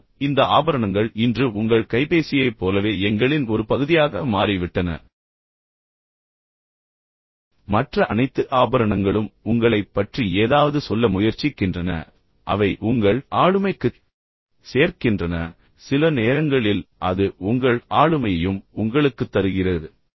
ஆனால் இந்த ஆபரணங்கள் இன்று உங்கள் கைபேசியைப் போலவே எங்களின் ஒரு பகுதியாக மாறிவிட்டன மற்ற அனைத்து ஆபரணங்களும் உங்களைப் பற்றி ஏதாவது சொல்ல முயற்சிக்கின்றன அவை உங்கள் ஆளுமைக்குச் சேர்க்கின்றன சில நேரங்களில் அது உங்கள் ஆளுமையையும் உங்களுக்குத் தருகிறது